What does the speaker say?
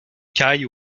caille